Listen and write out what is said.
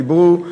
דיברו,